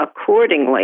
accordingly